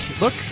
Look